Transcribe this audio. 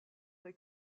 est